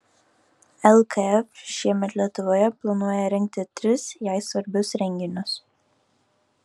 lkf šiemet lietuvoje planuoja rengti tris jai svarbius renginius